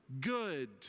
good